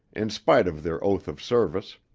in spite of their oath of service.